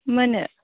मोनो